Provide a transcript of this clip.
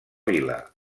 vila